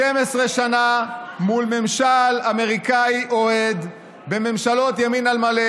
12 שנה מול ממשל אמריקני אוהד וממשלות ימין על מלא.